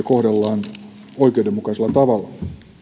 kohdellaan oikeudenmukaisella tavalla